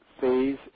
phase